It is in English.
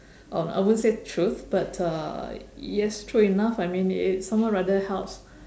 uh I won't say truth but uh yes true enough I mean if someone rather helps